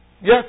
Yes